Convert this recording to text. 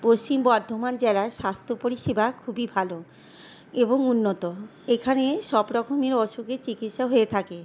পশ্চিম বর্ধমান জেলার স্বাস্থ্য পরিষেবা খুবই ভালো এবং উন্নত এখানে সব রকমই অসুখের চিকিৎসা হয়ে থাকে